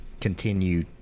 continue